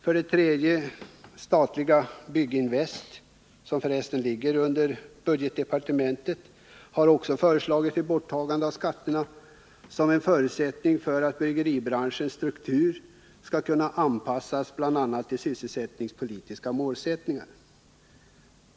För det tredje har också det statliga Brygginvest — som ligger under budgetdepartementet — föreslagit ett borttagande av skatterna såsom en förutsättning för att bryggeribranschens struktur skall kunna anpassas bl.a. till sysselsättningspolitiska målsättningar.